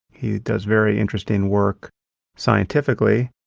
he does very interesting work scientifically.